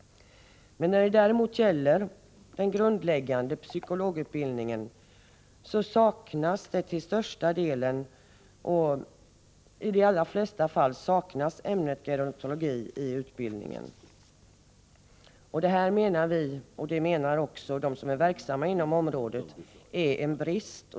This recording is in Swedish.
När det gäller den grundläggande psykologutbildningen saknas däremot i de flesta fall ämnet gerontologi i utbildningen. Detta menar vi — och även de som är verksamma inom området — vara en brist.